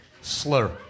slur